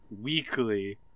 weekly